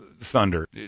Thunder